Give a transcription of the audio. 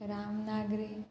रामनागरी